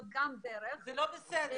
זו גם דרך --- זה לא בסדר.